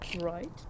right